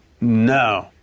No